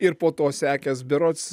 ir po to sekęs berods